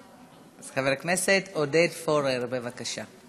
חבר הכנסת עודד פורר, בבקשה.